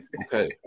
Okay